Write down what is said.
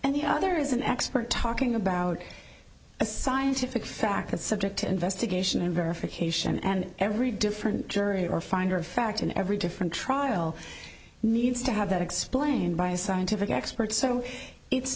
and the other is an expert talking about a scientific fact is subject to investigation and verification and every different jury or finder of fact in every different trial needs to have that explained by a scientific expert so it's